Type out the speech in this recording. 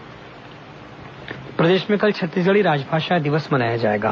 छत्तीसगढी राजभाषा दिवस प्रदेश में कल छत्तीसगढ़ी राजभाषा दिवस मनाया जाएगा